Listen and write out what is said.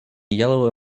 yellow